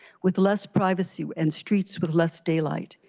with less privacy and streets with less daylight.